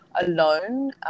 alone